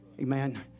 Amen